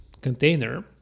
container